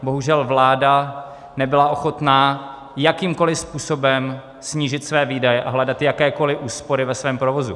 Bohužel vláda nebyla ochotná jakýmkoli způsobem snížit své výdaje a hledat jakékoli úspory ve svém provozu.